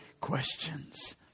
questions